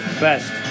Best